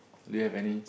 do you have any